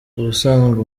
ubusanzwe